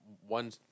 one